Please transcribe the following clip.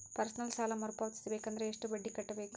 Personal ಸಾಲ ಮರು ಪಾವತಿಸಬೇಕಂದರ ಎಷ್ಟ ಬಡ್ಡಿ ಕಟ್ಟಬೇಕು?